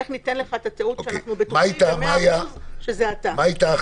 איך ניתן לך את התיעוד שאנחנו בטוחים ב-100% שזה אתה.